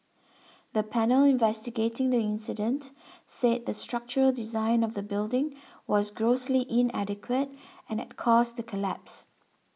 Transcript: the panel investigating the incident said the structural design of the building was grossly inadequate and had caused the collapse